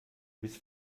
bist